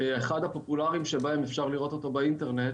ואחד הפופולריים שבהם אפשר לראות אותו באינטרנט,